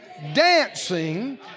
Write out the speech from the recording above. dancing